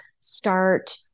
start